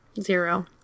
zero